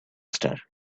star